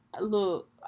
Look